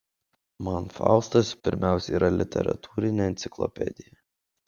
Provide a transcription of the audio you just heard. man faustas pirmiausia yra literatūrinė enciklopedija